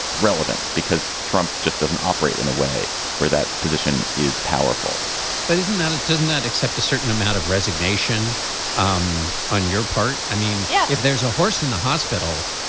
relevant because trump just doesn't operate in a way where that position is powerful but isn't that it doesn't that accept a certain amount of resignation um on your part. i mean yeah if there's a horse in the hospital